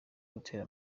gutera